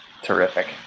terrific